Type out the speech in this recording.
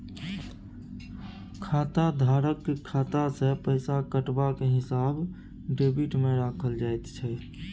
खाताधारकक खाता सँ पैसा कटबाक हिसाब डेबिटमे राखल जाइत छै